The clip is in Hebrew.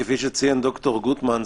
כפי שציין ד"ר גוטמן,